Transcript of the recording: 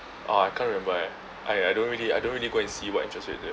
uh I can't remember eh I I don't really I don't really go and see what interest rate there